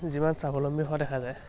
যিমান স্বাৱলম্বী হোৱা দেখা যায়